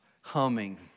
humming